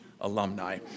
alumni